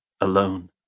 alone